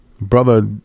brother